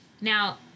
now